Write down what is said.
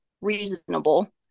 reasonable